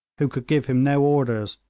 who could give him no orders,